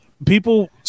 People